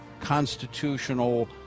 constitutional